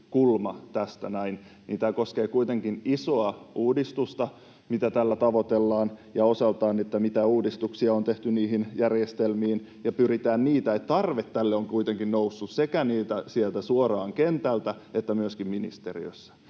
tämä koskee kuitenkin isoa uudistusta, mitä tällä tavoitellaan, ja osaltaan sitä, mitä uudistuksia on tehty niihin järjestelmiin, ja pyritään niitä... Tarve tälle on kuitenkin noussut sekä suoraan kentältä että myöskin ministeriöstä.